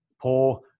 poor